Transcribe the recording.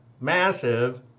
massive